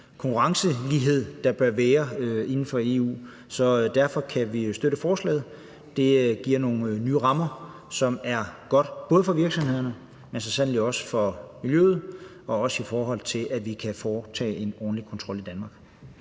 konkurrencelighed, der bør være inden for EU. Så derfor kan vi støtte forslaget. Det giver nogle nye rammer, hvilket er godt både for virksomhederne, men så sandelig også for miljøet, og det er også godt, i forhold til at vi kan foretage en ordentlig kontrol i Danmark.